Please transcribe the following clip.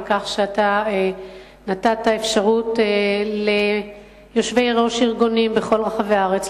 על כך שאתה נתת אפשרות ליושבי-ראש של ארגונים מכל רחבי הארץ,